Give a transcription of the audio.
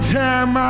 time